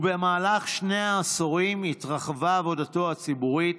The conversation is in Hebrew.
במהלך שני העשורים התרחבה עבודתו הציבורית